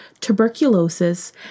tuberculosis